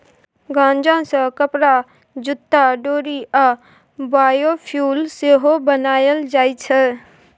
गांजा सँ कपरा, जुत्ता, डोरि आ बायोफ्युल सेहो बनाएल जाइ छै